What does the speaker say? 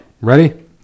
Ready